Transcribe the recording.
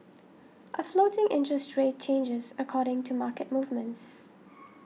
a floating interest rate changes according to market movements